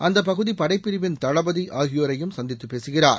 அந்த பகுதி படைப்பிரிவின் தளபதி ஆகியோரையும் சந்தித்து பேசுகிறார்